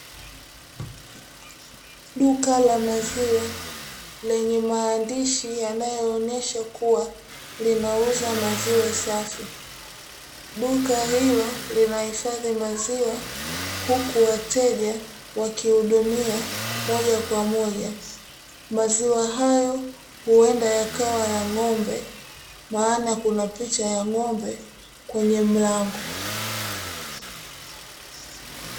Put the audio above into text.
Duka la maziwa lenye maandishi yanayoonyesha kuwa linauza maziwa safi, duka hilo linahifadhi maziwa huku wateja wakihudumia moja kwa moja, maziwa hayo huenda yakawa ya ng'ombe maana kuna picha ya ng'ombe kwenye mlango.